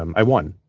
um i won.